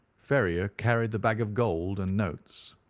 ferrier carried the bag of gold and notes,